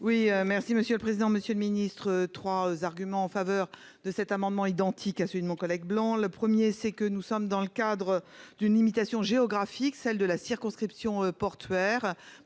Oui, merci monsieur le président, Monsieur le Ministre, 3 arguments en faveur de cet amendement identique à celui de mon collègue blanc le 1er c'est que nous sommes dans le cadre d'une limitation géographique, celle de la circonscription portuaire